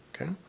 okay